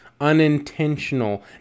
unintentional